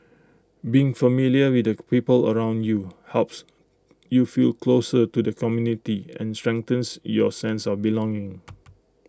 being familiar with the people around you helps you feel closer to the community and strengthens your sense of belonging